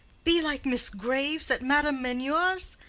be like miss graves at madame meunier's?